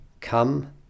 come